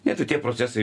ne tai tie procesai